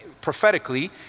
prophetically